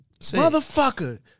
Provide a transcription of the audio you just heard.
Motherfucker